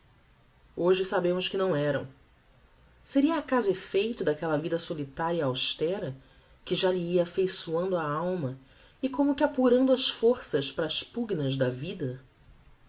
hoje sabemos que não eram seria acaso effeito daquella vida solitaria e austera que já lhe ia affeiçoando a alma e como que apurando as forças para as pugnas da vida